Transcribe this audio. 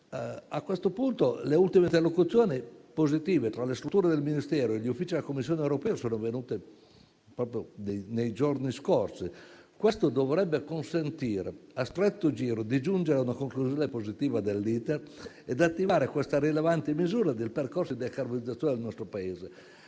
A questo punto, le ultime interlocuzioni positive tra le strutture del Ministero e gli uffici della Commissione europea sono venute proprio nei giorni scorsi. Questo dovrebbe consentire, a stretto giro, di giungere a una conclusione positiva dell'*iter* e di attivare questa rilevante misura del percorso di decarbonizzazione del nostro Paese.